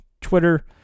Twitter